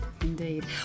Indeed